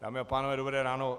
Dámy a pánové, dobré ráno.